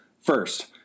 First